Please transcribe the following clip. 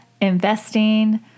investing